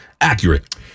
accurate